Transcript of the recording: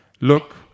look